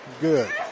Good